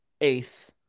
eighth